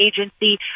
Agency